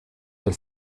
del